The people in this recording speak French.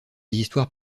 histoires